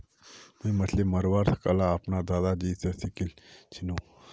मुई मछली मरवार कला अपनार दादाजी स सीखिल छिले